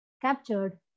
captured